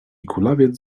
kulawiec